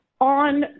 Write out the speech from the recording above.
on